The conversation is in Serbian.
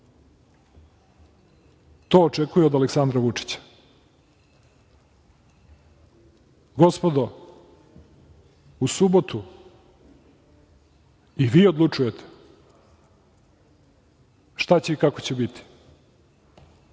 To očekuju od Aleksandra Vučića. Gospodo, u subotu i vi odlučujete šta će i kako će biti.